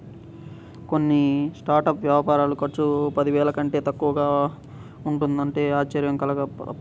కొన్ని స్టార్టప్ వ్యాపారాల ఖర్చు పదివేల కంటే తక్కువగా ఉంటున్నదంటే ఆశ్చర్యం కలగక తప్పదు